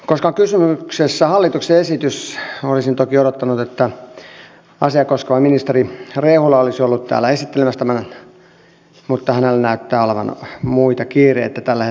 koska on kysymyksessä hallituksen esitys olisin toki odottanut että asiaa koskeva ministeri rehula olisi ollut täällä esittelemässä tämän mutta hänellä näyttää olevan muita kiireitä tällä hetkellä